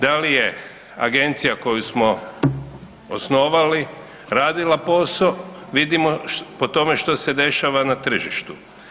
Da li je agencija koju smo osnovali radili posao vidimo po tome što se dešava na tržištu.